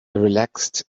relaxed